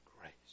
grace